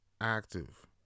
active